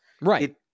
Right